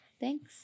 Thanks